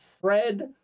Fred